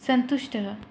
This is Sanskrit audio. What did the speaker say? सन्तुष्टः